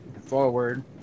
forward